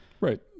Right